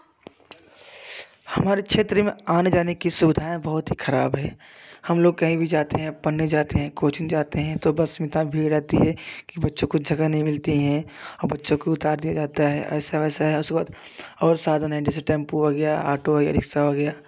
हमारे क्षेत्र में आने जाने की सुविधाएँ बहुत ही खराब हैं हम लोग कहीं भी जाते हैं पढ़ने जाते हैं कोचिंग जाते हैं तो बस इतना भीड़ रहती है कि बच्चों को जगह नहीं मिलती है और बच्चों को उतार दिया जाता है ऐसा वैसा उसके बाद साधन है जैसे टेम्पो आ गया ऑटो का रिक्शा हो गया